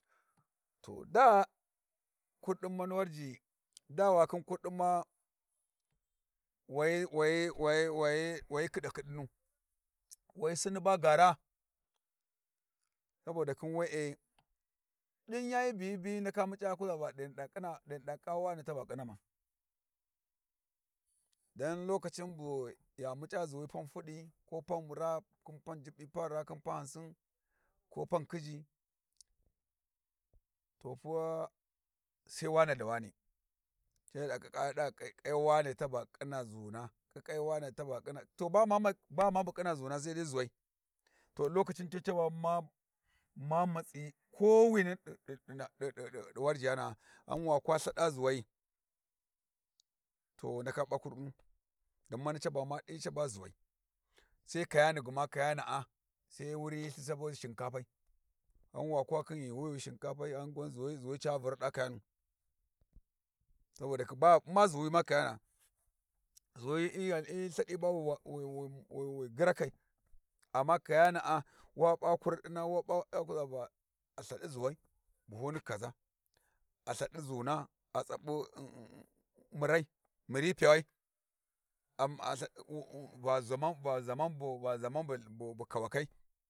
To daa kurdin mani Warji daa wa khin kurdin ma wa wa wa wa khidakhi damu wa hyi sunnu ba gaara saboda khin we'e din yani bu hyi biyi hyi ndaka muc'a wa kuza t'e hyina ƙiƙƙa wane tuba khinama dan lokacin buya muc'a zuwi pan fudi, ko pan raa khin pan jubbi, pan raa khin pan hamsi khin pan khiji, to pa sai wane da wane sai yada kikka ya da ƙiƙƙa wane ta ba khina zuna ƙiƙƙe ta ba ƙhina to ba ma bu ƙhina zuna sai dai zuwai. To lokacin te caba ma matsi kowine di warji yana'a ghan wa kwa lthaɗa zuwai to wu ndaka p'a kurdinu, don mani ca ba ma ɗi caba ʒuwai, sai kayani gma kayana'a sai hyi wuriyi lthi ca ba shinkafai ghan wa kwa khin yuuwi wi shinkafai ʒuwa, ʒuwi ca vurɗa kayanu Saboda ba ba ʒuwi ma kayana'a, ʒuwi hyi wai wai wai wi gyirakai amma kayana'a wa p'a kurɗina wa p'a sai wa kuʒa va a lthaɗi ʒuwai buhuni kaʒa a lthaɗi ʒuna a sapu murai murai pawai.